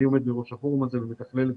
אני עומד בראש הפורום הזה ומתכלל את